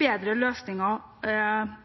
bedre løsninger